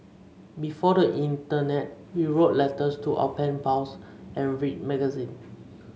before the internet we wrote letters to our pen pals and read magazine